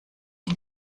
die